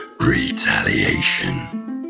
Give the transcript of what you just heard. retaliation